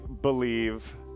believe